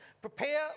Prepare